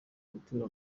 gutura